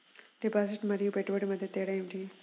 Deposit మరియు పెట్టుబడి మధ్య తేడా ఏమిటి?